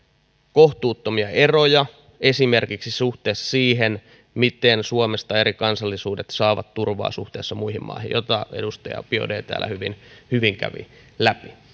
kohtuuttomia eroja esimerkiksi suhteessa siihen miten suomesta eri kansallisuudet saavat turvaa suhteessa muihin maihin mitä edustaja biaudet täällä hyvin hyvin kävi läpi